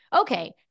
okay